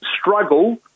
struggle